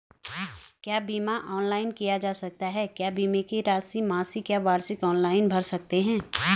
क्या बीमा ऑनलाइन किया जा सकता है क्या बीमे की राशि मासिक या वार्षिक ऑनलाइन भर सकते हैं?